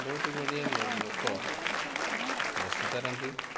ବହୁତ ବଢ଼ିଆ ଲୋକ ବସିପାରନ୍ତି